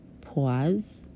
Pause